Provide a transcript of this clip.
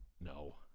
No